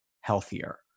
healthier